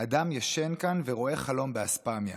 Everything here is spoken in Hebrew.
'אדם ישן כאן ורואה חלום באספמיא'".